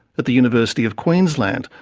at the university of queensland,